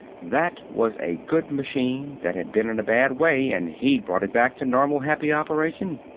that was a good machine that had been in a bad way and he'd brought it back to normal, happy operation.